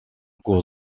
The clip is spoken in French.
cours